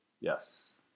Yes